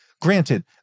Granted